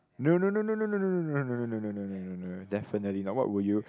no no no no no no no no no no no no definitely not what would you